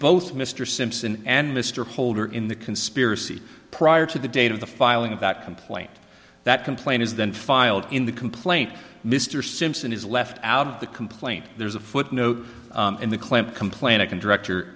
both mr simpson and mr holder in the conspiracy prior to the date of the filing of that complaint that complaint is then filed in the complaint mr simpson is left out of the complaint there's a footnote in the claim of complaint i can director